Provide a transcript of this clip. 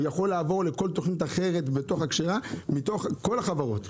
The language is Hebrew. המינוי יכול לעבור לכל תוכנית אחרת בתוך הכשרה מתוך כל החברות.